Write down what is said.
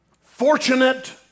fortunate